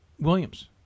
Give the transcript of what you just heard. Williams